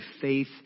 faith